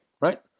right